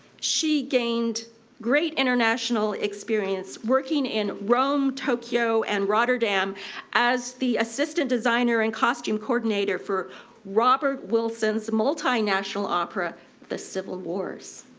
she gained great international experience working in rome, tokyo, and rotterdam as the assistant designer and costume coordinator for robert wilson's multinational opera the civil wars.